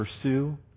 pursue